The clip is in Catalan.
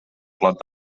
clot